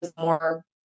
more